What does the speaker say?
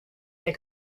der